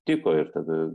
tiko ir tada